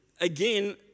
again